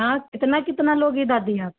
हाँ कितना कितना लोगे दादी आप